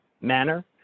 manner